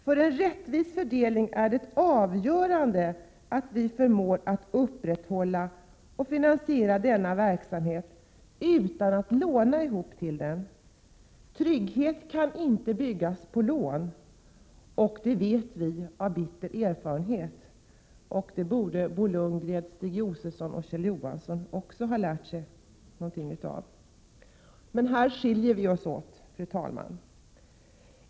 För en rättvis fördelning är det avgörande att vi förmår att upprätthålla och finansiera denna verksamhet utan att låna ihop till den. Trygghet kan inte byggas på lån, det vet vi av bitter erfarenhet. Detta borde Bo Lundgren, Stig Josefson och Kjell Johansson också ha lärt sig. Men här skiljer vi oss åt.